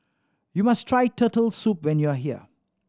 you must try Turtle Soup when you are here